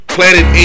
Planet